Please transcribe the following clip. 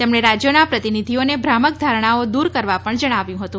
તેમણે રાજયોના પ્રતિનિધિઓને ભ્રામક ધારણાઓ દુર કરવા પણ જણાવ્યું હતું